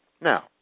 Now